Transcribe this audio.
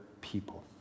people